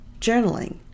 journaling